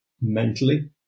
mentally